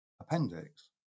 appendix